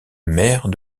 maire